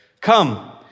come